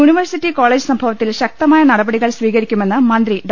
university college സംഭവത്തിൽ ശക്തമായ നട പടികൾ സ്വീകരിക്കുമെന്ന് മന്ത്രി ഡോ